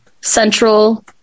central